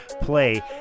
play